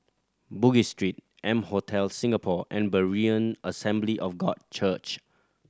Bugis Street M Hotel Singapore and Berean Assembly of God Church